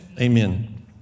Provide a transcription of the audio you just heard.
Amen